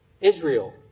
Israel